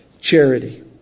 charity